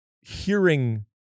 hearing